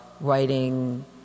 writing